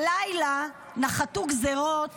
הלילה נחתו גזרות